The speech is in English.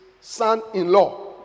son-in-law